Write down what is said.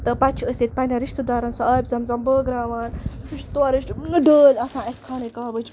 تہٕ پَتہٕ چھِ أسۍ ییٚتہِ پنٛنٮ۪ن رِشتہٕ دارَن سُہ آبِ زَم زَم بٲگراوان سُہ چھِ تورٕچ ڈٲلۍ آسان اَسہِ خانہ کعبٕچ